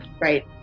right